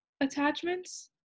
attachments